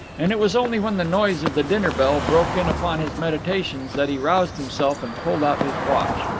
and it was only when the noise of the dinner-bell broke in upon his meditations that he roused himself and pulled out his watch.